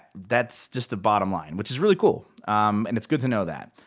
that's just the bottom line, which is really cool. and it's good to know that.